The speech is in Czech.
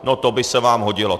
No to by se vám hodilo.